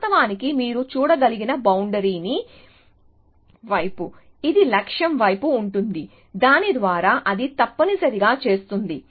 వాస్తవానికి మీరు చూడగలిగిన బౌండరీ ని చూడండి సమయం 1205 వైపు ఇది లక్ష్యం వైపు ఉంటుంది దాని ద్వారా అది తప్పనిసరిగా చేస్తుంది